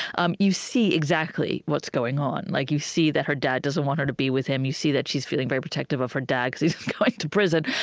um you see exactly what's going on like you see that her dad doesn't want her to be with him you see that she's feeling very protective of her dad, because he's going to prison,